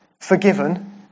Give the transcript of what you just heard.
forgiven